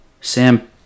Sam